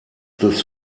des